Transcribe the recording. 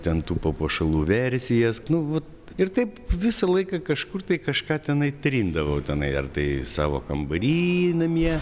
ten tų papuošalų versijas nu vot ir taip visą laiką kažkur tai kažką tenai trindavau tenai ar tai savo kambary namie